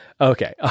Okay